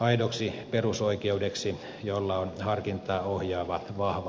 aidoksi perusoikeudeksi jolla on harkintaa ohjaava vahva tulkintavaikutus